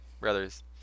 brothers